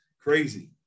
crazy